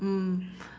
mm